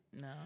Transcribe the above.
no